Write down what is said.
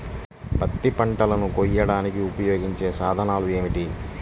పత్తి పంటలను కోయడానికి ఉపయోగించే సాధనాలు ఏమిటీ?